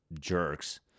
jerks